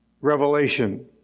Revelation